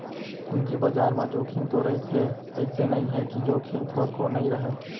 पूंजी बजार म जोखिम तो रहिथे अइसे नइ हे के जोखिम थोरको नइ रहय